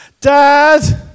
Dad